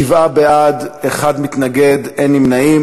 שבעה בעד, אחד מתנגד, אין נמנעים.